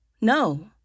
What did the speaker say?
No